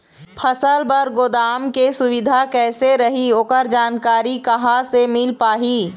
फसल बर गोदाम के सुविधा कैसे रही ओकर जानकारी कहा से मिल पाही?